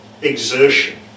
exertion